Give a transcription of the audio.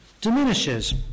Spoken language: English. diminishes